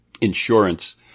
insurance